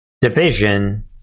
division